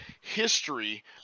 history